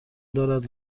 دارد